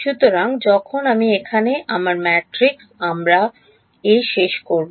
সুতরাং যখন আমি এখানে আমার ম্যাট্রিক্স আমার এ শেষ করব